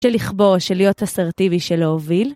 של לכבוש, של להיות אסרטיבי, של להוביל.